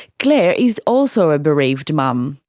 claire is also a bereaved mum.